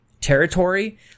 territory